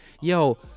yo